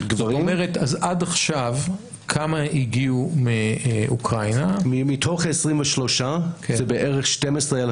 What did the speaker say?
זאת אומרת עד עכשיו כמה הגיעו מאוקראינה מתוך 23,000 בערך 12,000